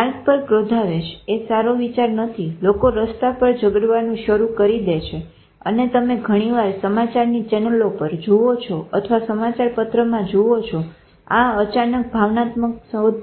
માર્ગ પર ક્રોધાવેશ એ સારો વિચાર નથી લોકો રસ્તા પર જગડવાનું શરુ કરી દે છે અને તમે ઘણીવાર સમાચારની ચેનલ પર જુઓ છો અથવા સમાચારપત્રમાં જુઓ છો આ અચાનક ભાવનાત્મક શોધ